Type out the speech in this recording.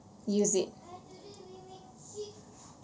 use it